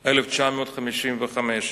"1955,